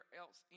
else